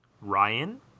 Ryan